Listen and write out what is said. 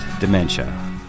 dementia